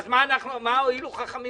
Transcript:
אז מה הועילו חכמים